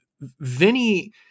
Vinny